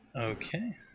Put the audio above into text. Okay